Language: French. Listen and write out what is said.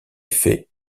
fait